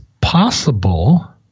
possible